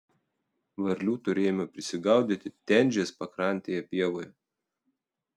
varlių turėjome prisigaudyti tenžės pakrantėje pievoje